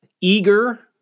eager